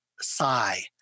sigh